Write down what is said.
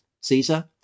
caesar